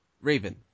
Raven